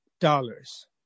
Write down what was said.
dollars